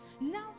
now